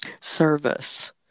service